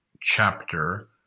chapter